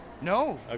No